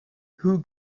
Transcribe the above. who